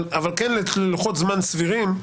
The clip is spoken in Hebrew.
אבל כן ללוחות זמנים סבירים.